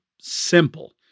simple